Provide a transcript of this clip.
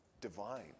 Divine